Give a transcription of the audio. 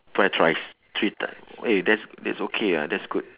twi~ thrice three time !oi! that's that's okay ah that's good